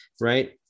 Right